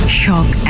shock